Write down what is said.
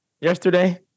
yesterday